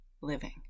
living